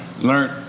learned